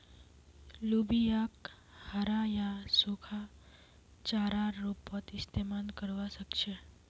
लोबियाक हरा या सूखा चारार रूपत इस्तमाल करवा सके छे